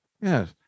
yes